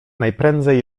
najprędzej